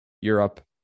Europe